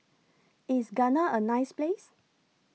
IS Ghana A nice Place